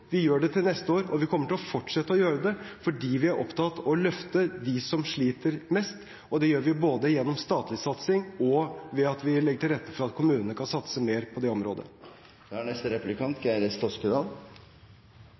vi gjør det til neste år, og vi kommer til å fortsette å gjøre det, fordi vi er opptatt av å løfte dem som sliter mest. Det gjør vi både gjennom statlig satsing og ved at vi legger til rette for at kommunene kan satse mer på det området.